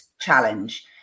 challenge